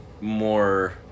more